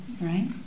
Right